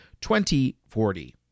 2040